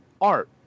art